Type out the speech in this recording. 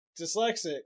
dyslexic